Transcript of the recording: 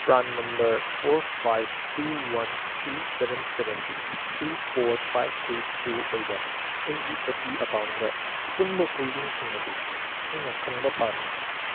PRAN number four five two one three seven seven three four five eight two ꯑꯣꯏꯕ ꯑꯩꯒꯤ A P ꯑꯦꯛꯀꯥꯎꯟꯗ ꯑꯄꯨꯟꯕ ꯍꯣꯜꯗꯤꯡꯁꯤꯡ ꯑꯗꯨ ꯑꯩꯅ ꯈꯪꯕ ꯄꯥꯝꯃꯤ